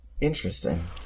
Interesting